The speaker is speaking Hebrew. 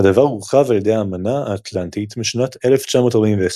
הדבר הורחב על ידי האמנה האטלנטית משנת 1941,